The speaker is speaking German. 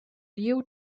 liu